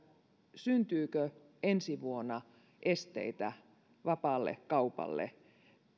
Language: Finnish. syntyykö ensi vuonna esteitä vapaalle kaupalle